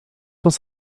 cents